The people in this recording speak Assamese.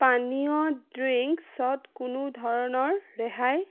পানীয়ত ড্ৰিংকছত কোনো ধৰণৰ ৰেহাই